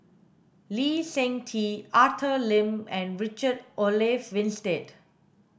Lee Seng Tee Arthur Lim and Richard Olaf Winstedt